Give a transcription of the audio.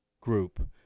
group